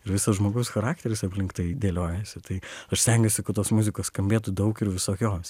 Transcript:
ir visas žmogaus charakteris aplink tai dėliojasi tai aš stengiuosi kad tos muzikos skambėtų daug ir visokios